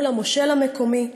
מול המושל המקומי,